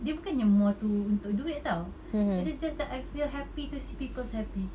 dia bukannya more to untuk duit [tau] it is just that I feel happy to see people happy